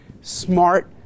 smart